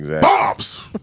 Bobs